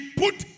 put